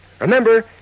Remember